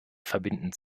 verbinden